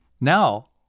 Now